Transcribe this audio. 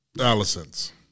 Allison's